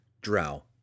drow